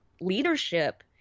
leadership